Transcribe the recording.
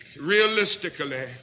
realistically